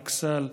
אכסאל,